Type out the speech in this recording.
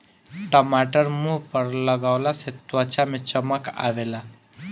टमाटर मुंह पअ लगवला से त्वचा में चमक आवेला